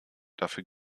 dafür